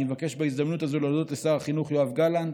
אני מבקש בהזדמנות הזאת להודות לשר החינוך יואב גלנט,